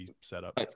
setup